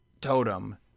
totem